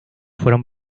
fueron